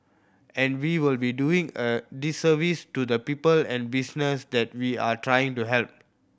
and we will be doing a disservice to the people and business that we are trying to help